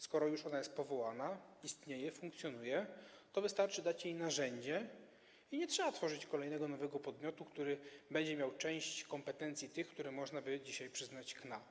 Skoro już ona jest powołana, istnieje, funkcjonuje, to wystarczy dać jej narzędzia i nie trzeba tworzyć kolejnego nowego podmiotu, który będzie miał część kompetencji tych, które można by dzisiaj przyznać KNA.